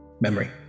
memory